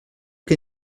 que